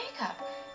makeup